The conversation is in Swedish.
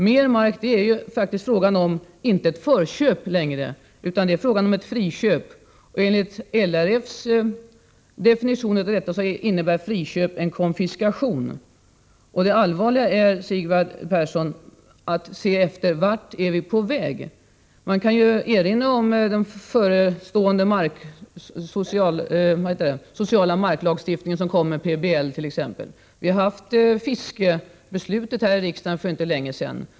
Mera mark är inte längre fråga om ett förköp utan om ett friköp, och enligt LRF:s definition innebär friköp en konfiskation. Det viktiga är, Sigvard Persson, att undersöka vart vi är på väg. Jag kan erinra om den förestående sociala marklagstiftningen, PBL, och det fiskebeslut som vi fattade här i riksdagen för inte så länge sedan.